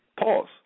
Pause